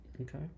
okay